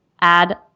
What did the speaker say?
add